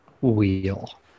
wheel